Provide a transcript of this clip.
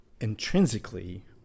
intrinsically